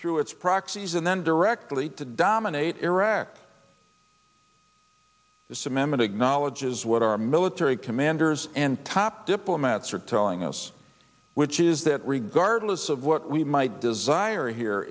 through its proxies and then directly to dominate iraq as a memo to acknowledge is what our military commanders and top diplomats are telling us which is that regardless of what we might desire here